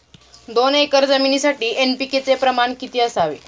दोन एकर जमिनीसाठी एन.पी.के चे प्रमाण किती असावे?